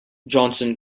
johnson